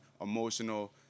emotional